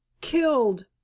killed